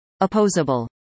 Opposable